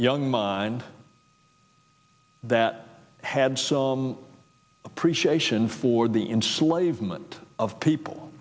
young mind that had some appreciation for the in slave moment of people